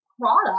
product